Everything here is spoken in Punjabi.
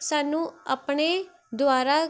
ਸਾਨੂੰ ਆਪਣੇ ਦੁਆਰਾ